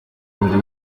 buri